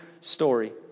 story